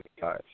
guys